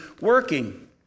working